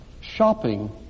Shopping